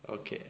okay